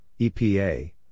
EPA